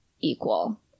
equal